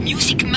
Music